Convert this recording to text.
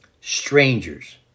strangers